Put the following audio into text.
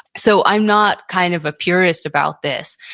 so i'm not kind of a purist about this,